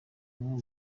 amwe